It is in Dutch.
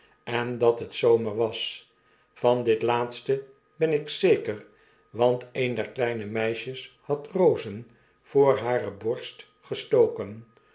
en dat bet zomer was van dit laatste ben ik zeker want een der kleine meisjes had rozen voor hare borst gestoken